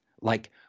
Like-